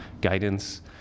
guidance